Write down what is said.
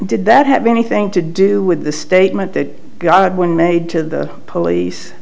did that have anything to do with the statement that godwin made to the police